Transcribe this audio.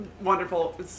Wonderful